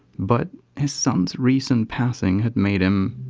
but his son's recent passing had made him.